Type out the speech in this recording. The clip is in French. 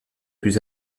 plus